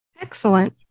Excellent